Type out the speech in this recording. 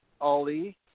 Ali